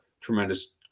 tremendous